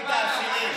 מחזקים את העשירים.